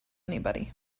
anybody